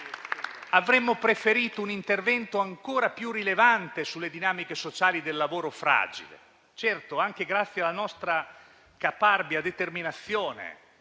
Avremmo preferito un intervento ancora più rilevante sulle dinamiche sociali del lavoro fragile. Certo, anche grazie alla nostra caparbia determinazione